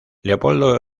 leopoldo